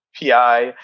PI